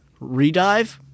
Redive